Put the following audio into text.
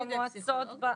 במועצות.